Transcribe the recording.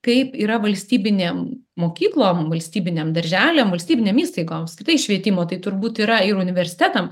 kaip yra valstybinėm mokyklom valstybiniam darželiam valstybinėm įstaigom apskritai švietimo tai turbūt yra ir universitetam